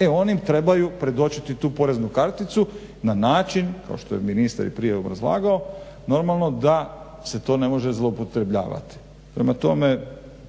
E oni trebaju predočiti tu poreznu karticu na način kao što je ministar prije obrazlagao normalno da se to ne može zloupotrebljavati. Prema tome,